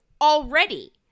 already